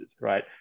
Right